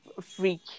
freak